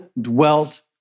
dwelt